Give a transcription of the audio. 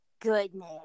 goodness